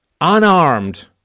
unarmed